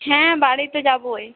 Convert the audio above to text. হ্যাঁ বাড়ি তো যাবই